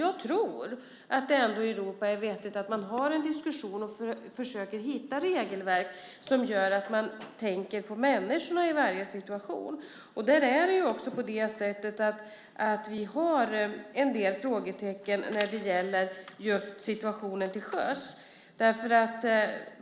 Jag tror att det ändå i Europa är vettigt att ha en diskussion och försöka hitta regelverk som gör att man i varje situation tänker på människorna. Vi har en del frågetecken när det gäller just situationen till sjöss.